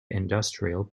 industrial